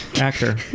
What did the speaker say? actor